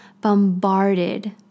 bombarded